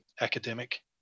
academic